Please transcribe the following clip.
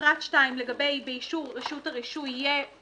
בפרט 2 לגבי "באישור רשות הרישוי" יהיה